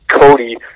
Cody